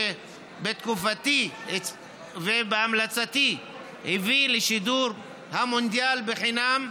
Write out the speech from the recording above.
שבתקופתי ובהמלצתי הביא לשידור המונדיאל חינם,